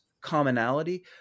commonality